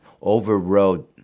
overrode